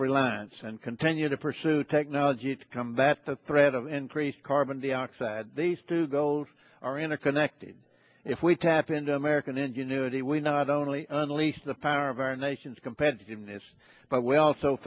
reliance and continue to pursue technology to combat the threat of increased carbon dioxide these two goals are interconnected if we tap into american ingenuity we not only unleash the power of our nation's competitiveness but we also